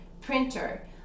Printer